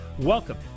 Welcome